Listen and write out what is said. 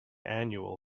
annual